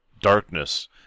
darkness